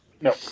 No